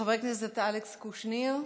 חבר הכנסת אלכס קושניר,